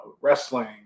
wrestling